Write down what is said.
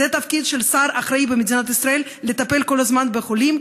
זה התפקיד של שר אחראי במדינת ישראל: לטפל כל הזמן בחולים.